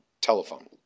telephone